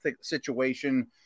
situation